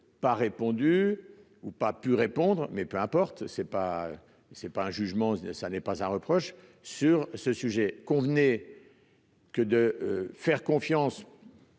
pas répondu ou pas pu répondre mais peu importe, c'est pas, c'est pas un jugement, ça n'est pas un reproche sur ce sujet, convenez que de faire confiance